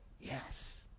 Yes